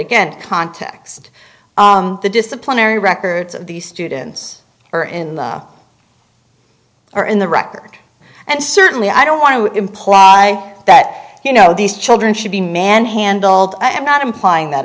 again context the disciplinary records of these students are in the or in the record and certainly i don't want to imply that you know these children should be manhandled i am not implying that